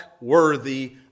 worthy